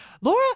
Laura